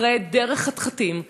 אחרי דרך חתחתים,